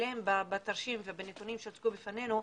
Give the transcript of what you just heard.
אליהם בתרשים ונתונים שהוצגו בפנינו,